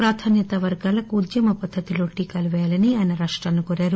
ప్రాధాన్యత వర్గాలకు ఉద్యమ పద్ధతిలో టీకాలు పేయాలని ఆయన రాష్టాలను కోరారు